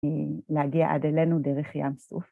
להגיע עד אלינו דרך ים סוף.